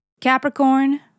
capricorn